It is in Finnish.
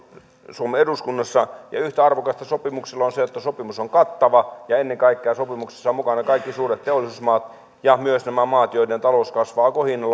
suomen eduskunnassa ja yhtä arvokasta sopimukselle on se että sopimus on kattava ja ennen kaikkea sopimuksessa ovat mukana kaikki suuret teollisuusmaat ja myös nämä maat joiden talous kasvaa kohinalla